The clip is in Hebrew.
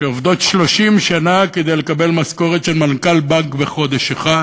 שעובדות 30 שנה כדי לקבל משכורת של מנכ"ל בנק בחודש אחד,